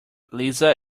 lisa